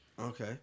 Okay